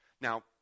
Now